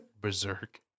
Berserk